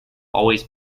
always